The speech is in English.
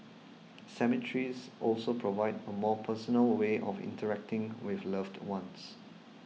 cemeteries also provide a more personal way of interacting with loved ones